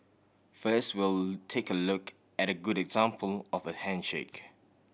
first we'll take a look at a good example of a handshake